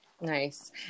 Nice